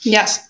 Yes